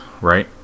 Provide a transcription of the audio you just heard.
right